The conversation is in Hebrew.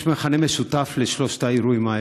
יש מכנה משותף לשלושת האירועים האלה,